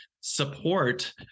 support